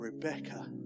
Rebecca